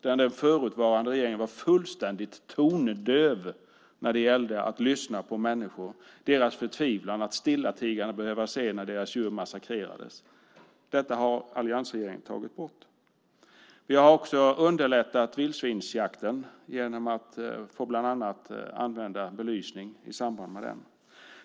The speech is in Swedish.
Den förutvarande regeringen var fullständigt tondöv när det gällde att lyssna på människor och deras förtvivlan över att stillatigande behöva se när deras djur massakrerades. Detta har alliansregeringen ändrat på. Vi har också underlättat vildsvinsjakten, bland annat genom möjligheten att använda belysning i samband med den.